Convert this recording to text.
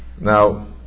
Now